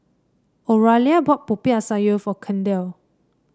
Oralia bought Popiah Sayur for Kendal